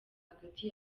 hagati